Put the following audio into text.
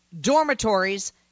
dormitories